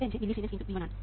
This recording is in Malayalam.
25 മില്ലിസീമെൻസ് x V1 ആണ്